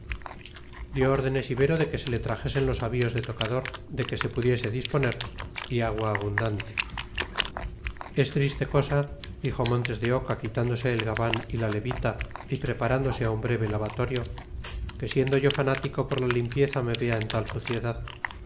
dio órdenes ibero de que se le trajesen los avíos de tocador de que se pudiese disponer y agua abundante es triste cosa dijo montes de oca quitándose el gabán y la levita y preparándose a un breve lavatorio que siendo yo fanático por la limpieza me vea en tal suciedad